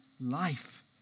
life